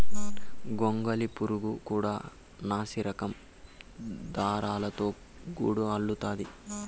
గొంగళి పురుగు కూడా నాసిరకం దారాలతో గూడు అల్లుతాది